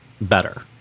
better